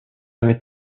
aimait